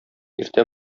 иртә